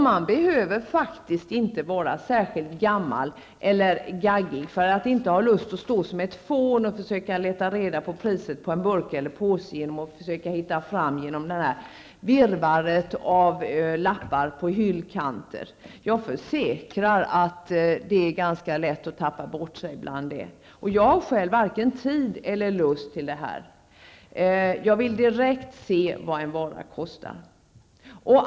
Man behöver faktiskt inte vara särskilt gammal eller gaggig för att inte ha lust att stå som ett fån och försöka leta reda på priset på en burk eller påse genom att försöka hitta fram genom virrvarret av lappar på en hyllkant. Jag försäkrar att det är ganska lätt att tappa bort sig. Jag har själv varken tid eller lust till detta. Jag vill direkt se vad en vara kostar.